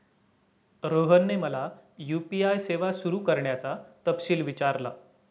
रोहनने मला यू.पी.आय सेवा सुरू करण्याचा तपशील विचारला